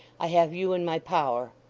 i have you in my power.